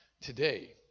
today